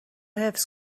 حفظ